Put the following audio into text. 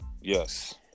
Yes